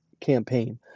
campaign